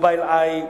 Mobileye,